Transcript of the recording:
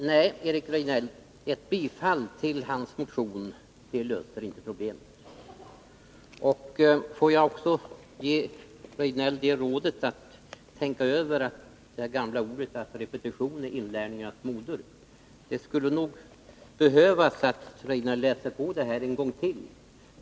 Herr talman! Nej, ett bifall till Eric Rejdnells motion löser inte problemet. Får jag också ge Eric Rejdnell det rådet att tänka över det gamla talesättet att repetition är inlärningens moder. Det skulle nog behövas att han läste på det här en gång till.